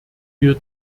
wir